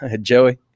Joey